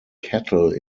cattle